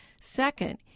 Second